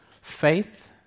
Faith